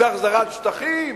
זה החזרת שטחים?